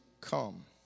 come